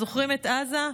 זוכרים את עזה?